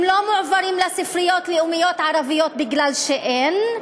הם לא מועברים לספריות הלאומיות הערביות מפני שאין,